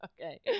Okay